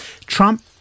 Trump